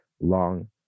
long